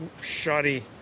shoddy